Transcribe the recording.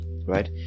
right